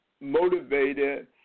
motivated